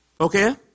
Okay